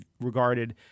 regarded